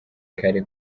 kare